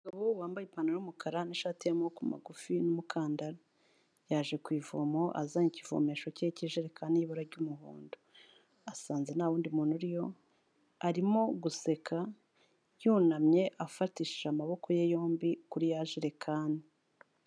Umugabo wambaye ipantaro yumukara nishati y'amaboko magufi n'umukandara. Yaje kuyivoma azanye ikivomesho ke k'ijerekani kiri mu ibara ry'umuhondo. Asanze nta wundi muntu uriyo, arimo guseka yunamye afatishije amaboko ye yombi kuri yajerekani.